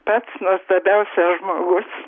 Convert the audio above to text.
pats nuostabiausias žmogus